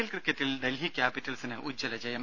L ക്രിക്കറ്റിൽ ഡൽഹി ക്യാപിറ്റൽസിന് ഉജ്ജ്വല ജയം